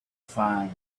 find